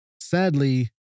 sadly